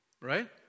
right